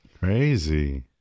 Crazy